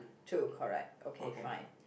two correct okay fine